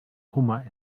hummer